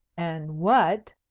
and what,